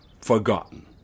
forgotten